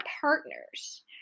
partners